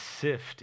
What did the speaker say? sift